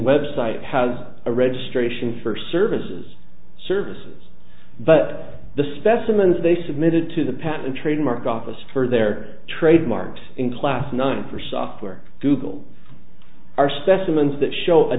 web site has a registration for services services but the specimens they submitted to the patent trademark office for their trademarks in class nine for software google are specimens that show